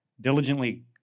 diligently